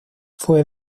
fue